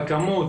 לכמות,